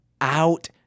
out